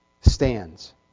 stands